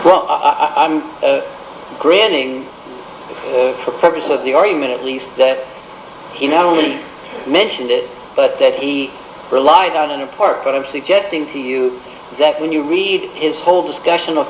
proven i'm granting for purposes of the argument at least that he not only mentioned it but that he relied on in part but i'm suggesting to you that when you read his whole discussion of